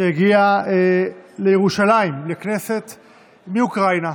שהגיעה לירושלים, אל הכנסת, מאוקראינה,